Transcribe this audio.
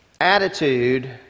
attitude